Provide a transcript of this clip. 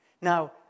Now